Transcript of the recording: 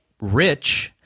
rich